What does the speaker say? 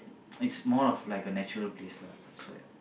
it's more of like a natural place lah so ya